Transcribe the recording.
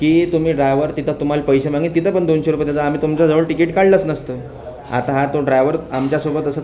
की तुम्ही ड्रायव्हर तिथं तुम्हाला पैसे मागेल तिथं पण दोनशे रुपये द्यायचं आम्ही तुमच्याजवळ तिकिट काढलंच नसतं आता हा तो ड्रायव्हर आमच्यासोबत असं